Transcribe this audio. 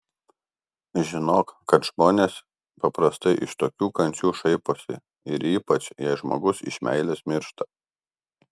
žinok kad žmonės paprastai iš tokių kančių šaiposi ir ypač jei žmogus iš meilės miršta